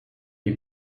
die